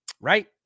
Right